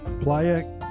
Playa